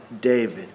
David